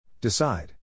Decide